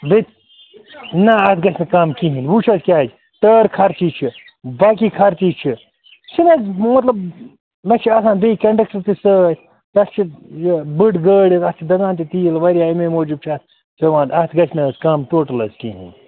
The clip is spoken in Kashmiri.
بیٚیہِ نَہ اَتھ گَژھِ نہٕ کَم کِہیٖنۍ وٕچھ حظ کیٛازِ ٹٲر خرچہٕ چھِ باقی خرچہٕ چھِ چھِنہٕ حظ مطلب مےٚ چھِ آسان بیٚیہِ کٮ۪نڈَکٹَر تہِ سۭتۍ پٮ۪ٹھ چھِ یہِ بٔڑۍ گٲڑۍ حظ اَتھ چھِ دَزان تہِ تیٖل واریاہ اَمے موٗجوٗب چھِ اَتھ ہٮ۪وان اَتھ گژھِ نہٕ حظ کَم ٹوٹَل حظ کِہیٖنۍ